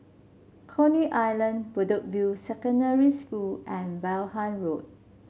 Coney Island Bedok View Secondary School and Vaughan Road